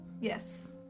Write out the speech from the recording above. Yes